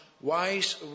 wise